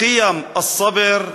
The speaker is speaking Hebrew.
ערכי הסבלנות.